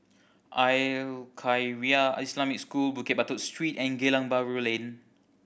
Al Khairiah Islamic School Bukit Batok Street and Geylang Bahru Lane